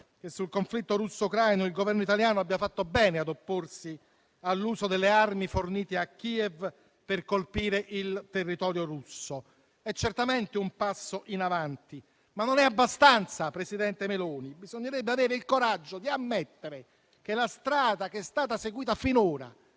che sul conflitto russo-ucraino il Governo italiano abbia fatto bene ad opporsi all'uso delle armi fornite a Kiev per colpire il territorio russo. È certamente un passo in avanti, ma non è abbastanza, presidente Meloni: bisognerebbe avere il coraggio di ammettere che la strada che è stata seguita finora,